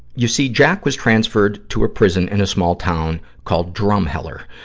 you see, jack was transferred to a prison in a small town called drumheller.